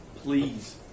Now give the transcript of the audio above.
Please